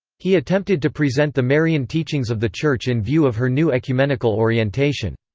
he attempted to present the marian teachings of the church in view of her new ecumenical orientation.